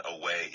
away